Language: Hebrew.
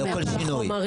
לא כל שינוי.